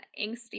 angsty